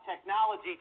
technology